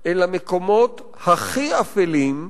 אל המקומות הכי אפלים,